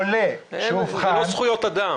זה לא זכויות אדם.